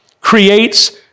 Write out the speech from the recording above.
creates